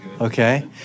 Okay